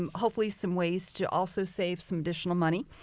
um hopefully some ways to also save some additional money.